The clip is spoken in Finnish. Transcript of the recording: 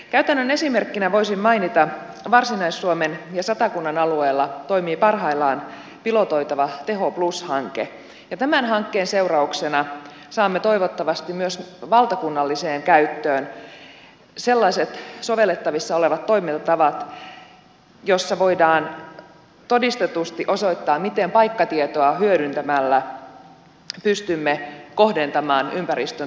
käytännön esimerkkinä voisin mainita että varsinais suomen ja satakunnan alueella toimii parhaillaan pilotoitava teho plus hanke ja tämän hankkeen seurauksena saamme toivottavasti myös valtakunnalliseen käyttöön sellaiset sovellettavissa olevat toimintatavat joilla voidaan todistetusti osoittaa miten paikkatietoa hyödyntämällä pystymme kohdentamaan ympäristön tukitoimenpiteet tehokkaasti